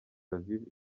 aviv